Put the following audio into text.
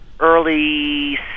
early